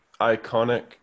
iconic